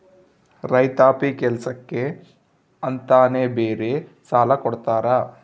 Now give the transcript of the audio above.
ರೈತಾಪಿ ಕೆಲ್ಸಕ್ಕೆ ಅಂತಾನೆ ಬೇರೆ ಸಾಲ ಕೊಡ್ತಾರ